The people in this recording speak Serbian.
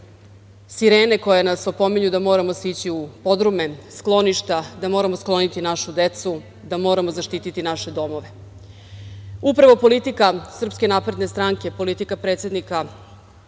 sirene koje nas opominju da moramo sići u podrume, skloništa, da moramo skloniti našu decu, da moramo zaštiti naše domove. Upravo politika SNS, politika predsednika